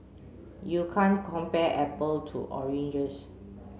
you can't compare apple to oranges